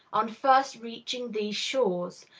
on first reaching these shores,